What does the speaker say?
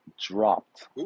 dropped